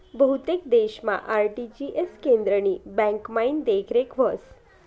बहुतेक देशमा आर.टी.जी.एस केंद्रनी ब्यांकमाईन देखरेख व्हस